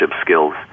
skills